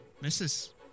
Misses